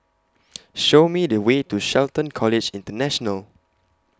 Show Me The Way to Shelton College International